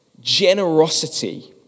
Generosity